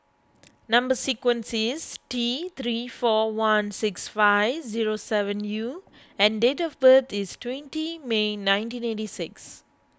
Number Sequence is T three four one six five zero seven U and date of birth is twenty May nineteen eighty six